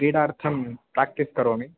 क्रीडार्थं प्रेक्टिस् करोमि